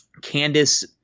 Candice